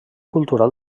cultural